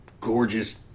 gorgeous